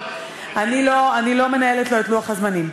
אבל אני לא מנהלת לו את לוח הזמנים.